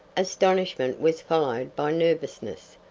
astonishment was followed by nervousness,